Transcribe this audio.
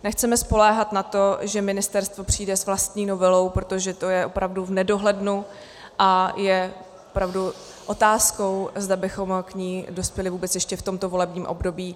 Nechceme spoléhat na to, že ministerstvo přijde s vlastní novelou, protože to je opravdu v nedohlednu, a je opravdu otázkou, zda bychom k ní dospěli vůbec ještě v tomto volebním období.